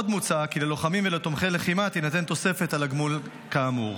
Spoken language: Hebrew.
עוד מוצע כי ללוחמים ולתומכי לחימה תינתן תוספת על הגמול כאמור.